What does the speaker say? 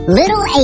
Little